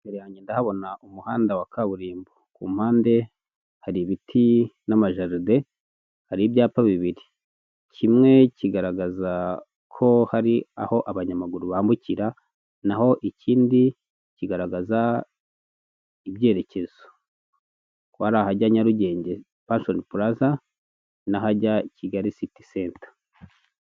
Imbere yange ndahabona umuhanda wa kaburimbo. Ku mpande hari ibiti n'amajaride, hari ibyapa bibiri. Kimwe kigaragaza ko hari aho abanyamaguru bambukira naho ikindi kigaragaza ibyerekezo ko hari ahajya Nyarugenge pashoni puraza n'ahajya Kigali siti senta.